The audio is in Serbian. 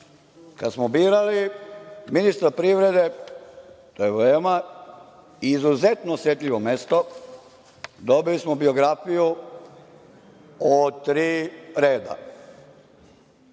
smo birali ministra privrede, to je veoma, izuzetno osetljivo mesto, dobili smo biografiju od tri reda.